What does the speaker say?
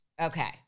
Okay